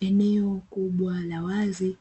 Eneo kubwa na la wazi,